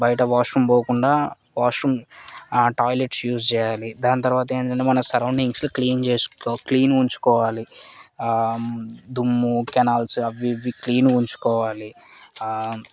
బయట వాష్రూమ్ పోకుండా washrooms toilets use చేయాలి దాన్ని తరవాత ఏందంటే మన సరౌండింగ్స్ క్లీన్ చేసుకోవాలి క్లీనుగా ఉంచుకోవాలి దుమ్ము కెనాల్స్ అవి ఇవి క్లీన్గా ఉంచుకోవాలి